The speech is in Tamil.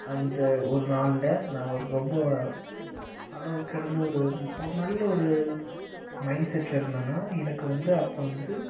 அந்த ஒரு நாளில் நான் ரொம்ப அளவுக்கடந்த ஒரு ஒரு நல்ல ஒரு மைண்ட்செட்டில் இருந்தேன்னால் எனக்கு வந்து அப்போது வந்து